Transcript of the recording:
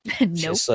Nope